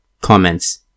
Comments